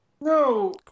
No